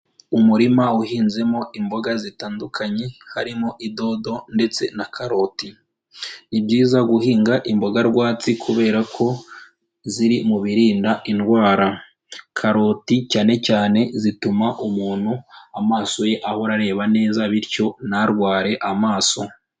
Umurima uhinzemo imboga zitandukanye harimo idodo ndetse na karoti, ni byiza guhinga imboga rwatsi kubera ko ziri mu birinda indwara, karoti cyane cyane zituma umuntu amaso ye ahora areba neza bityo ntarware amaso.